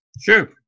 Sure